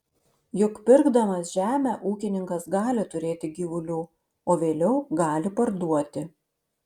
juk pirkdamas žemę ūkininkas gali turėti gyvulių o vėliau gali parduoti